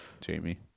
Jamie